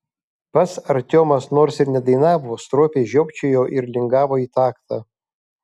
pats artiomas nors ir nedainavo stropiai žiopčiojo ir lingavo į taktą